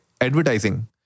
advertising